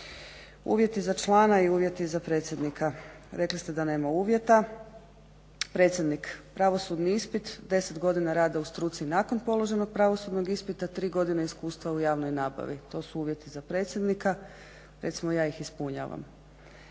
Uvjeti za člana i uvjeti za predsjednika, rekli ste da nema uvjeta. Predsjednik – pravosudni ispit, 10 godina rada u struci nakon položenog pravosudnog ispita, 3 godine iskustva u javnoj nabavi to su uvjeti za predsjednika. Recimo ja ih ispunjavam.